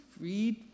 read